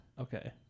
okay